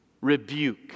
rebuke